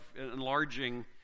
enlarging